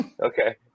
okay